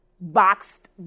boxed